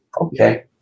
okay